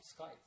Skype